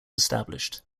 established